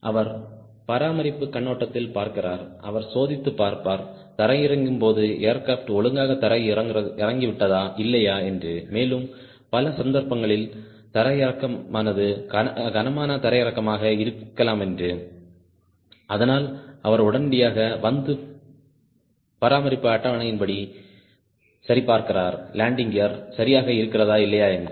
அவர் பராமரிப்பு கண்ணோட்டத்தில் பார்க்கிறார் அவர் சோதித்துப் பார்ப்பார் தரையிறங்கும் போது ஏர்கிராப்ட் ஒழுங்காக தரை இறங்கி விட்டதா இல்லையா ஏன்று மேலும் பல சந்தர்ப்பங்களில் தரையிறக்கமானது கனமான தரையிறக்கமாக இருக்கலாமென்று அதனால் அவர் உடனடியாக வந்து பராமரிப்பு அட்டவணையின்படி சரிபார்க்கிறார் லேண்டிங் கியர் சரியாக இருக்கிறதா இல்லையா என்று